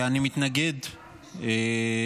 אתה לא תגיד לי "איך אני איתך".